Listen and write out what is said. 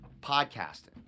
podcasting